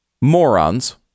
morons